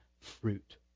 fruit